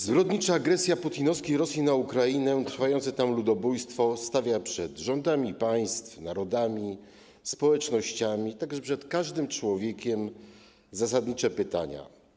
Zbrodnicza agresja putinowskiej Rosji na Ukrainę, trwające tam ludobójstwo stawia przed rządami państw, narodami, społecznościami, także przed każdym człowiekiem zasadnicze pytania.